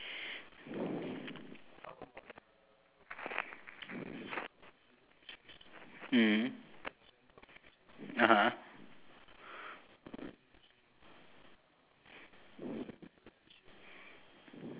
difference they say got ten right how many difference is there so how many more